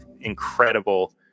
incredible